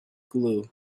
glue